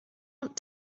want